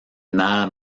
nada